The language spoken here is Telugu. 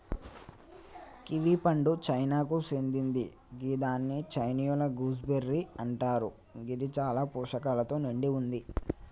కివి పండు చైనాకు సేందింది గిదాన్ని చైనీయుల గూస్బెర్రీ అంటరు గిది చాలా పోషకాలతో నిండి వుంది